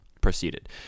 proceeded